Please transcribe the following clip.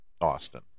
austin